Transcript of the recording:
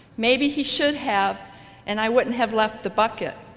maybe he should have and i wouldn't have left the bucket.